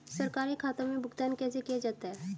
सरकारी खातों में भुगतान कैसे किया जाता है?